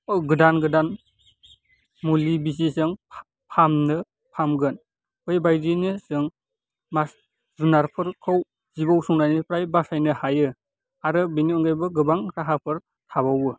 गोदान गोदान मुलि बिजिजों फाहामनो फाहामगोन बै बायदिनो जों माखासे जुनारफोरखौ जिबौजों सौनायनिफ्राय बासायनो हायो आरो बेनि अनगायैबो गोबां राहाफोर थाबावो